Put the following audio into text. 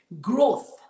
growth